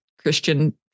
Christian